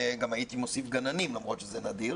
וגם הייתי מוסיף גננים למרות שזה נדיר,